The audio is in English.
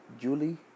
Julie